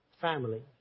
family